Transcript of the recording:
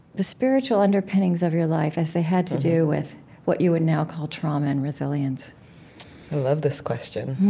the spiritual underpinnings of your life as they had to do with what you would now call trauma and resilience? i love this question.